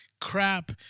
crap